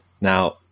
Now